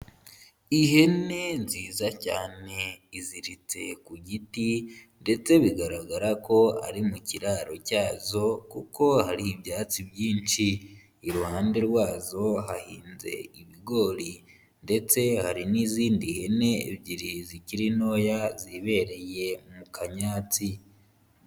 Ihene nziza cyane, iziritse ku giti ndetse bigaragara ko ari mu kiraro cyazo, kuko hari ibyatsi byinshi. Iruhande rwazo hahinze ibigori ndetse hari n'izindi hene ebyiri zikiri ntoya zibereye mu kanyatsi.